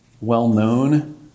well-known